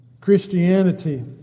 Christianity